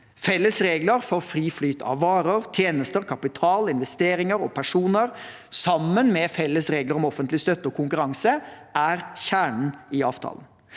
Felles regler for fri flyt av varer, tjenester, kapital, investeringer og personer, sammen med felles regler for offentlig støtte og konkurranse, er kjernen i avtalen.